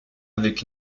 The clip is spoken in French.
avec